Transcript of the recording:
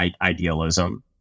idealism